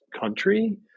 country